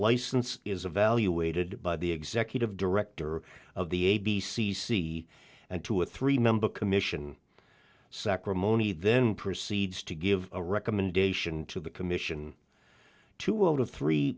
license is evaluated by the executive director of the a b c c and to a three member commission sacramone he then proceeds to give a recommendation to the commission two out of three